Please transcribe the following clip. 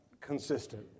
consistent